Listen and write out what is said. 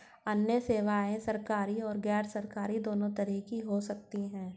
अन्य सेवायें सरकारी और गैरसरकारी दोनों तरह की हो सकती हैं